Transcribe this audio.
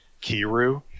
kiru